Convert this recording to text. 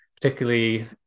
particularly